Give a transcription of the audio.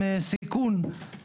6,500 דונם מתוכנן ששכונות 2,